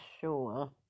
sure